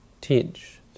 teach